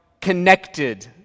connected